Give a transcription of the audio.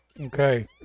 Okay